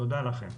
תודה לכם.